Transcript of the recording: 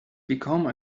become